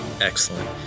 excellent